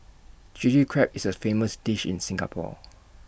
Chilli Crab is A famous dish in Singapore